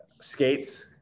skates